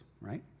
right